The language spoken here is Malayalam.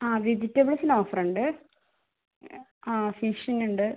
അ വെജിറ്റേബിൾസിനു ഓഫർ ഉണ്ട് അ ഫിഷിനുണ്ട്